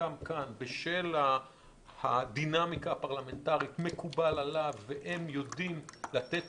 שסוכם כאן בשל הדינמיקה הפרלמנטרית מקובל עליו והם יודעים לתת